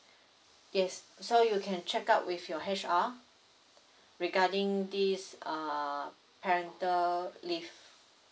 yes so you can check up with your H_R regarding this err parental leave